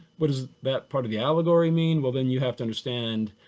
what does that part of the allegory mean? well, then you have to understand